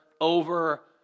over